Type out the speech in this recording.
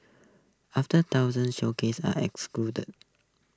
aftet thousand showcase are